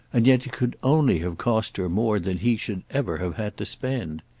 and yet it could only have cost her more than he should ever have had to spend.